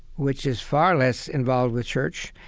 which is far less involved with church,